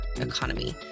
economy